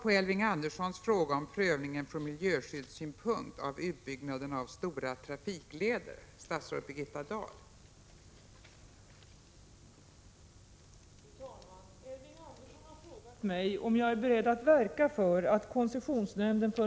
Är miljöministern beredd att verka för att koncessionsnämnden för miljöskydd får pröva utbyggnaden av motorvägar och andra stora trafikleder och att ett första sådant objekt för koncessionsnämndsprövning blir den planerade motorvägen mellan Stenungsund och Uddevalla?